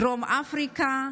דרום אפריקה,